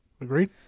Agreed